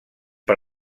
per